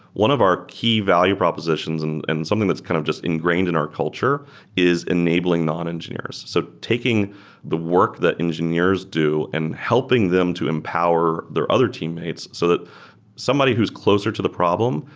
one of our key value propositions and and something that's kind of just ingrained in our culture is enabling non-engineers. so taking the work that engineers do and helping them to empower their other teammates so that somebody who is closer to the problem,